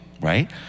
right